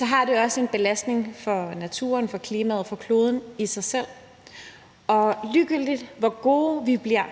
har det også en belastning for naturen, for klimaet og for kloden i sig selv. Og ligegyldigt hvor gode vi bliver